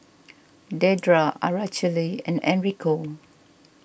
Dedra Araceli and Enrico